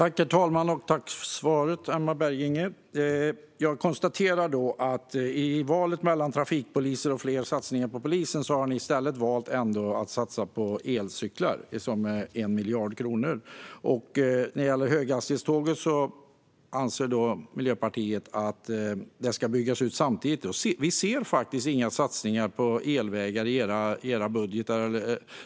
Herr talman! Tack för svaret, Emma Berginger! Jag konstaterar att i stället för satsningar på polisen och fler trafikpoliser har ni valt att satsa 1 miljard kronor på elcyklar. När det gäller höghastighetsjärnvägen anser Miljöpartiet att den ska byggas. Samtidigt ser vi inga satsningar på elvägar i era budgetar.